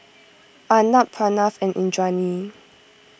Arnab Pranav and Indranee